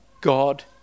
God